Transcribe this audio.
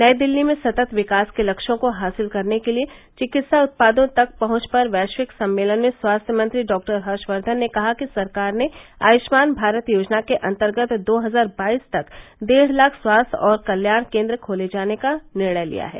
नई दिल्ली में सतत विकास के लक्ष्यों को हासिल करने के लिए चिकित्सा उत्पादों तक पहुंच पर वैश्विक सम्मेलन में स्वास्थ्य मंत्री डॉक्टर हर्षवर्धन ने कहा कि सरकार ने आयुष्मान भारत योजना के अन्तर्गत दो हजार बाईस तक डेढ़ लाख स्वास्थ्य और कल्याण केन्द्र खोले जाने का निर्णय लिया है